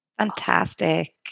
fantastic